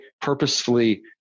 purposefully